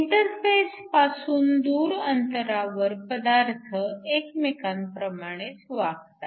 interface पासून दूर अंतरावर पदार्थ एकमेकांप्रमाणेच वागतात